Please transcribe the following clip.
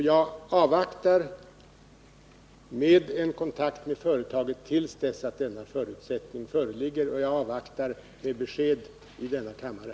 Jag väntar med att ta kontakt med företaget till dess denna förutsättning föreligger. Jag väntar också till dess med att ge ett besked i denna kammare.